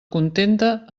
contenta